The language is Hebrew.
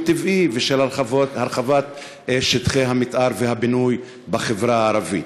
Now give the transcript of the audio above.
טבעי ושל הרחבת שטחי המתאר והבינוי בחברה הערבית.